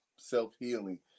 self-healing